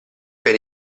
per